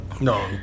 No